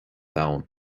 domhan